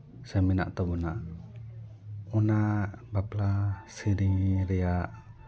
ᱥᱮ ᱢᱮᱱᱟᱜ ᱛᱟᱵᱚᱱᱟ ᱚᱱᱟ ᱵᱟᱯᱞᱟ ᱥᱮᱨᱮᱧ ᱨᱮᱭᱟᱜ